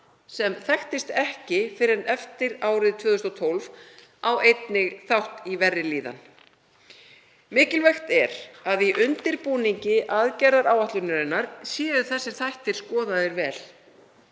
sem þekktist ekki fyrr en eftir 2012, á einnig þátt í verri líðan. Mikilvægt er að í undirbúningi aðgerðaáætlunarinnar séu þessir þættir skoðaðir vel,